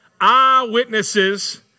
eyewitnesses